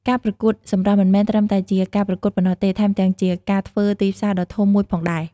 ការប្រកួតសម្រស់មិនមែនត្រឹមតែជាការប្រកួតប៉ុណ្ណោះទេ ថែមទាំងជាការធ្វើទីផ្សារដ៏ធំមួយផងដែរ។